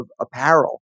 apparel